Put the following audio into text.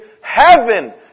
heaven